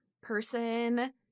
person